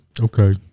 Okay